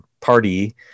party